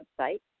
website